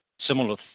similar